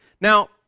Now